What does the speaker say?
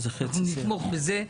נתמוך בזה.